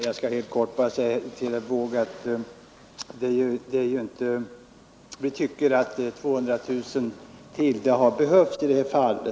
Herr talman! Jag skall bara säga till herr Wååg att vi tycker att ytterligare 200 000 kronor hade behövts i det här fallet.